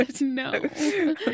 no